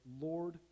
Lord